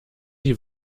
die